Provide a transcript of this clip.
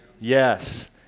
Yes